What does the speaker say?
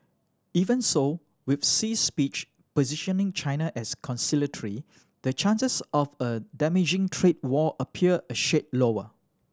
even so with Xi's speech positioning China as conciliatory the chances of a damaging trade war appear a shade lower